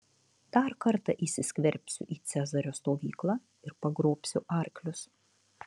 dar kartą įsiskverbsiu į cezario stovyklą ir pagrobsiu arklius